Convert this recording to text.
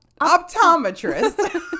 Optometrist